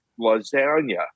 lasagna